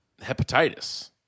hepatitis